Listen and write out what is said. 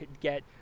get